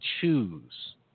choose